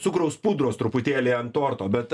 cukraus pudros truputėlį ant torto bet